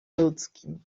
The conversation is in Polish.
ludzkim